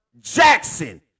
Jackson